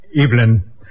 Evelyn